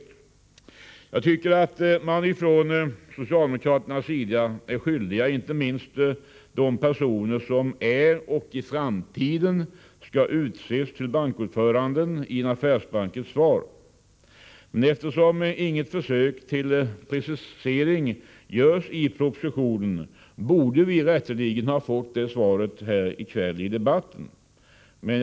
Jag Nr 52 tycker att man från socialdemokraternas sida är skyldig inte minst de årtock-i famdd 1 A z S Torsdagen den personer som är och i TAG en skall utses til-bapkoöraröranden Laen 13 december 1984 affärsbank ett svar. Eftersom inget försök till en precisering görs i propositio Rn SS vi REN ha NE här i kväll i debatten.